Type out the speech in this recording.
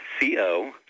Co